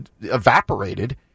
evaporated